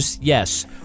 Yes